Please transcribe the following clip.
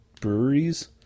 breweries